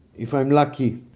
if i'm lucky,